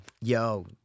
Yo